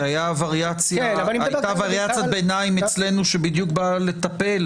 כי הייתה וריאציית ביניים אצלנו שבדיוק באה לטפל